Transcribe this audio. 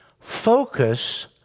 Focus